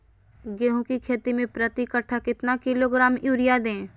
गेंहू की खेती में प्रति कट्ठा कितना किलोग्राम युरिया दे?